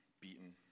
beaten